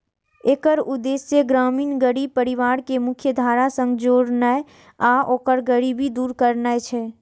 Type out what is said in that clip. एकर उद्देश्य ग्रामीण गरीब परिवार कें मुख्यधारा सं जोड़नाय आ ओकर गरीबी दूर करनाय छै